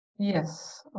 Yes